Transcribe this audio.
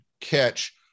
catch